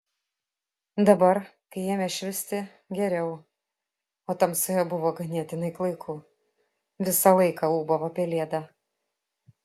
dabar kai ėmė švisti geriau o tamsoje buvo ganėtinai klaiku visą laiką ūbavo pelėda